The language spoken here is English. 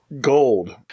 gold